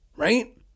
Right